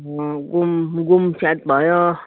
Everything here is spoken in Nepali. घुम घुम साइट भयो